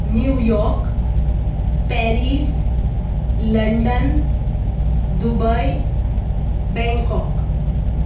New York Paris London Dubai Bangkok